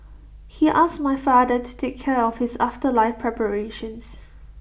he asked my father to take care of his afterlife preparations